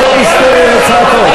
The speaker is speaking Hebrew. למה בכזאת היסטריה וצעקות?